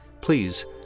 Please